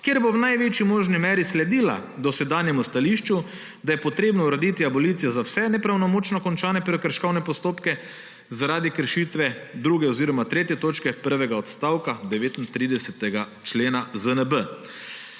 kjer bo v največji možni meri sledila dosedanjemu stališču, da je treba urediti abolicijo za vse nepravnomočno končane prekrškovne postopke zaradi kršitve druge oziroma tretje točke prvega odstavka 39. člena ZNB.